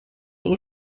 eure